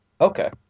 okay